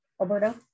Alberto